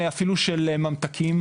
אפילו של ממתקים,